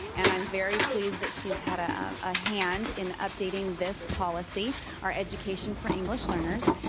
and i'm very pleased that she's had a ah hand in updating this policy our education for english learners.